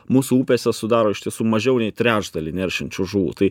mūsų upėse sudaro iš tiesų mažiau nei trečdalį neršiančių žuvų tai